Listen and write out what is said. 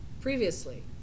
previously